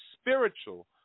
spiritual